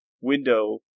window